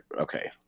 okay